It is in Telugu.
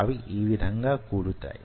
అవి ఈ విధంగా కూడుతాయి